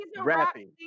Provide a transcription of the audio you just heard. rapping